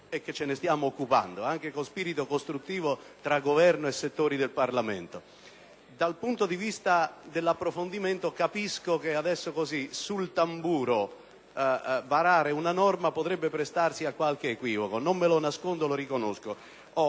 e che ce ne stiamo occupando, anche con spirito costruttivo tra Governo e settori del Parlamento. Dal punto di vista dell'approfondimento, capisco che adesso, sul tamburo, varare una norma potrebbe prestarsi a qualche equivoco. Non lo nascondo e lo riconosco.